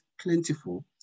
Plentiful